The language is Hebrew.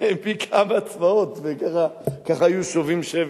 מכמה צבאות, וכך היו שובים שבי.